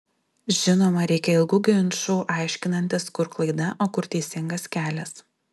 žinoma reikia ilgų ginčų aiškinantis kur klaida o kur teisingas kelias